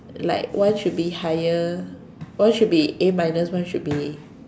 like one should be higher one should be A minus one should be